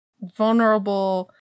vulnerable